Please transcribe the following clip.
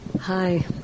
Hi